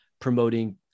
promoting